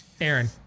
Aaron